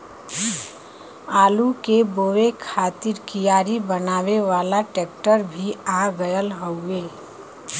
आलू के बोए खातिर कियारी बनावे वाला ट्रेक्टर भी आ गयल हउवे